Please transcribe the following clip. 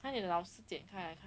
那你的老师减开来